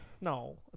No